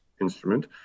instrument